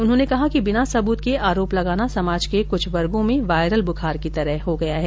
उन्होंने कहा कि बिना सबूत के आरोप लगाना समाज के क्छ वर्गो में वायरल बूखार की तरह हो गया है